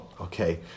Okay